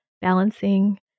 balancing